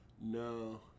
no